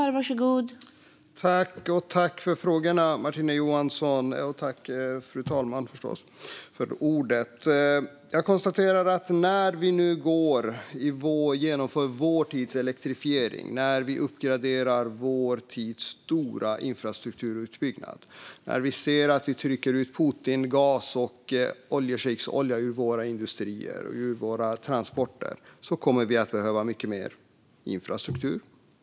Fru talman! Tack, Martina Johansson, för frågorna! När vi nu genomför vår tids elektrifiering, uppgraderar vår tids stora infrastrukturutbyggnad och ser att vi trycker ut Putingas och oljeschejksolja ur våra industrier och transporter kommer vi att behöva mycket mer infrastruktur.